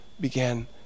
began